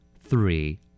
Three